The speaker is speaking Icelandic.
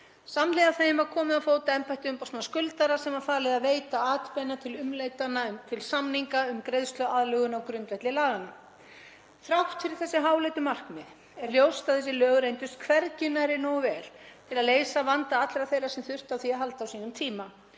Samhliða þeim var komið á fót embætti umboðsmanns skuldara sem var falið að veita atbeina til umleitana til samninga um greiðsluaðlögun á grundvelli laganna. Þrátt fyrir þessi háleitu markmið er ljóst að þessi lög reyndust hvergi nærri nógu vel til að leysa vanda allra þeirra sem þurftu á því að halda á sínum tíma